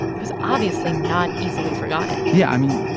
it was obviously not easily forgotten yeah. i mean,